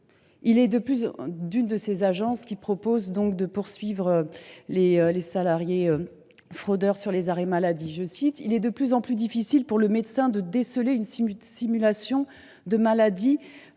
il est de plus en plus difficile pour le médecin de déceler une simulation de maladie